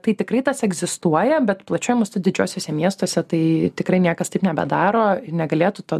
tai tikrai tas egzistuoja bet plačiuoju mastu didžiuosiuose miestuose tai tikrai niekas taip nebedaro ir negalėtų to